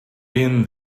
been